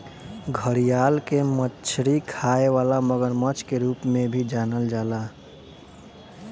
घड़ियाल के मछरी खाए वाला मगरमच्छ के रूप में भी जानल जाला